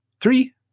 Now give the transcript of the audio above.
Three